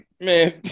man